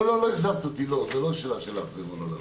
לא אכזבת אותי, זו לא שאלה של אכזבה.